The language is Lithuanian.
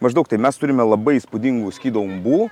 maždaug tai mes turime labai įspūdingų skydo umbų